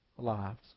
lives